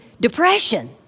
depression